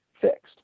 fixed